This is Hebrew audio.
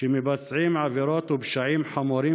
שמבצעים עבירות ופשעים חמורים,